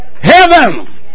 heaven